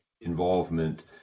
involvement